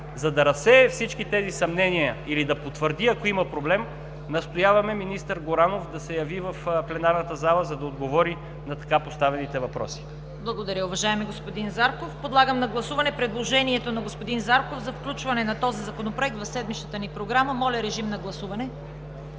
за да разсее всички тези съмнения или да потвърди, ако има проблем, настояваме министър Горанов да се яви в пленарната зала, за да отговори на поставените въпроси. ПРЕДСЕДАТЕЛ ЦВЕТА КАРАЯНЧЕВА: Благодаря, уважаеми господин Зарков. Подлагам на гласуване предложението на господин Зарков за включване на този Законопроект в седмичната ни програма. Гласували